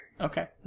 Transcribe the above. Okay